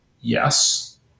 Yes